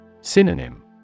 Synonym